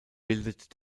bildet